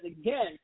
again